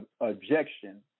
objection